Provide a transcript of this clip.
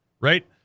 Right